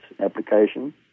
application